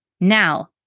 Now